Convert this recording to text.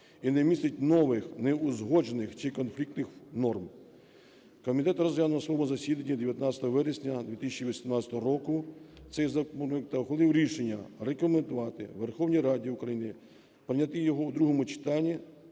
і не містить нових, неузгоджених чи конфліктних, норм. Комітет розглянув на своєму засіданні 19 вересня 2018 року цей законопроект та ухвалив рішення: рекомендувати Верховній Раді України прийняти його в другому читанні